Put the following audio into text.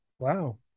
Wow